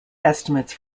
estimates